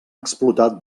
explotar